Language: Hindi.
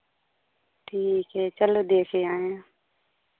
ठीक है चलो देख आएँ